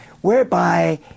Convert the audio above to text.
whereby